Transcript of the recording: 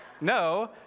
no